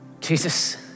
Jesus